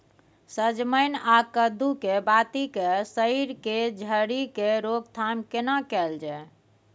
सजमैन आ कद्दू के बाती के सईर के झरि के रोकथाम केना कैल जाय?